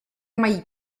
mají